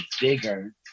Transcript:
bigger